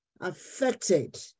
affected